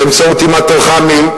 באמצעות עימאד תלחמי,